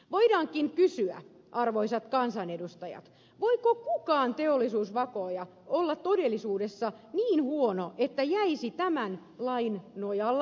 voidaankin kysyä arvoisat kansanedustajat voiko kukaan teollisuusvakooja olla todellisuudessa niin huono että jäisi tämän lain nojalla kiinni